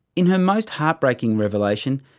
in her most heartbreaking revelation,